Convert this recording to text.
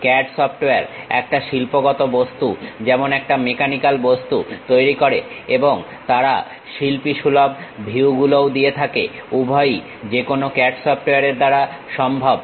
CAD software একটা শিল্পগত বস্তু যেমন একটা মেকানিক্যাল বস্তু তৈরি করে এবং তারা শিল্পীসুলভ ভিউগুলো ও দিয়ে থাকে উভয়ই যেকোনো CAD সফটওয়্যারের দ্বারা সম্ভব